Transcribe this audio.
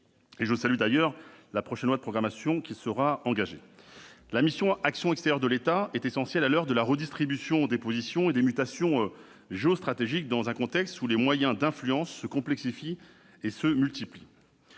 Je salue d'ailleurs l'annonce de la future loi de programmation énergétique. La mission « Action extérieure de l'État » est essentielle à l'heure de la redistribution des positions et des mutations géostratégiques, dans un contexte où les moyens d'influence se complexifient et se multiplient.